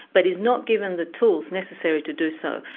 but is not given the tools necessary to do so.